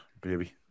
baby